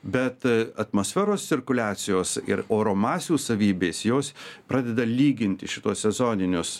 bet atmosferos cirkuliacijos ir oro masių savybės jos pradeda lyginti šituos sezoninius